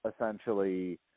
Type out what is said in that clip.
essentially